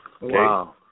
Wow